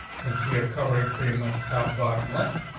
since we're covering pretty much top bottom left,